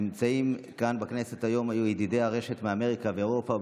נמצאים כאן בכנסת היום ידידי הרשת מאמריקה ואירופה,